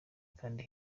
kandi